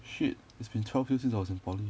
shit it's been twelve years since I was in poly